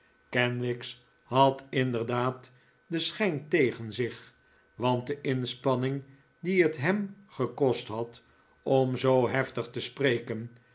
kenwigs had inderdaad den schijn tegen zich want de inspanning die het hem gekost had om zoo heftig te spreken